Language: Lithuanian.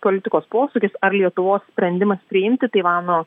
politikos posūkis ar lietuvos sprendimas priimti taivano